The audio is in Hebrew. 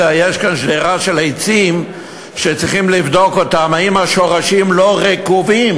יש כאן שדרת עצים שצריכים לבדוק אם השורשים שלהם לא רקובים,